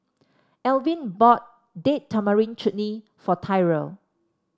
Elvin bought Date Tamarind Chutney for Tyrel